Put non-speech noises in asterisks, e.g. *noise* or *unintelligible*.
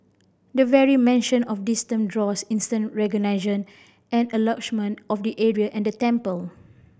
the very mention of this term draws instant *unintelligible* and *unintelligible* of the area and the temple